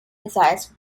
designs